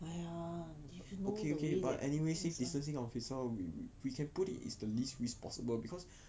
!aiya! you should know the way that